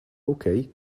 okay